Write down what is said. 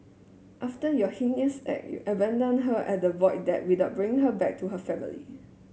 after your heinous act you abandoned her at the Void Deck without bringing her back to her family